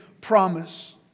promise